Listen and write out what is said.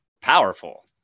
powerful